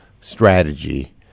strategy